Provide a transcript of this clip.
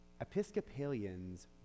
Episcopalians